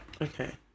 Okay